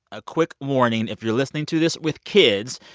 a quick warning if you're listening to this with kids,